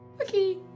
Okay